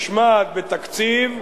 משמעת בתקציב.